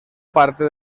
parte